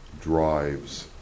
drives